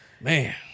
man